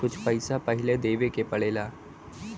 कुछ पैसा पहिले देवे के पड़ेला